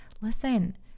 listen